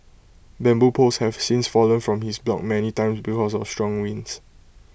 bamboo poles have since fallen from his block many time because of strong winds